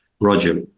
Roger